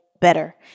better